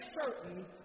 certain